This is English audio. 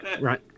Right